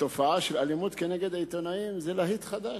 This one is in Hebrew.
התופעה של אלימות כנגד העיתונאים זה להיט חדש,